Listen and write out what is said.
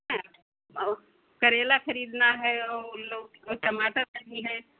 हैं और करेला ख़रीदना है और लौ टमाटर लेनी है